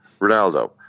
Ronaldo